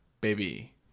baby